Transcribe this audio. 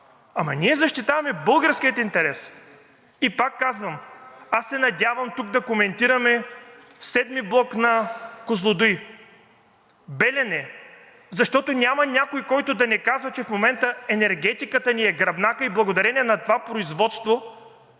ама ние защитаваме българския интерес. И пак казвам, аз се надявам тук да коментираме VII блок на „Козлодуй“, „Белене“, защото няма някой, който да не казва, че в момента енергетиката ни е гръбнакът и благодарение на това производство